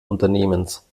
unternehmens